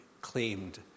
claimed